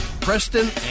Preston